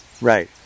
Right